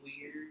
Weird